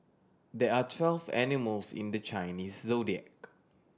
there are twelve animals in the Chinese Zodiac